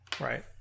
Right